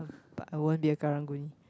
but I won't be a Karang-Guni